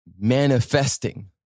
manifesting